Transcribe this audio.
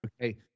Okay